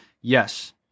Yes